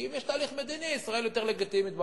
כי אם יש תהליך מדיני ישראל יותר לגיטימית בעולם,